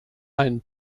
ein